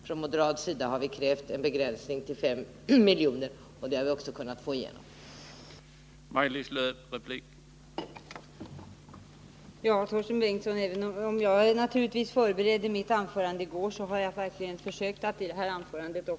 Från moderat sida har vi krävt en begränsning till 5 milj.kr., och det har vi också kunnat få igenom i utskottsmajoriteten.